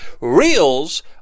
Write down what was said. Reels